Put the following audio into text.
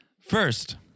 First